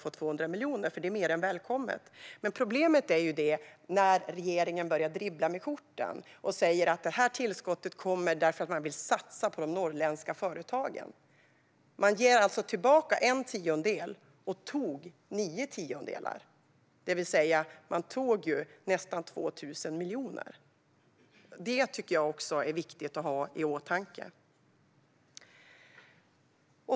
Det är toppen; det är mer än välkommet. Men problemet är när regeringen börjar dribbla med korten och säger att detta tillskott kommer därför att man vill satsa på de norrländska företagen. Man ger tillbaka en tiondel och tog nio tiondelar, det vill säga nästan 2 000 miljoner. Detta tycker jag är viktigt att ha i åtanke.